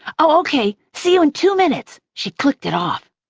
okay, see you in two minutes. she clicked it off.